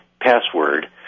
password